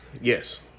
Yes